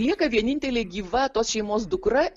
lieka vienintelė gyva tos šeimos dukra